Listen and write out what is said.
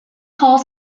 pauls